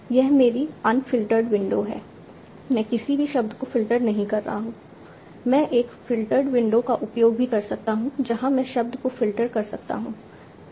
यह मेरी unfiltered window है मैं किसी भी शब्द को फ़िल्टर नहीं कर रहा हूं संदर्भ समय 1543 मैं एक फ़िल्टर्ड विंडो का उपयोग भी कर सकता हूं जहाँ मैं शब्द को फ़िल्टर कर सकता हूँ संदर्भ समय 1548